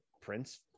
prince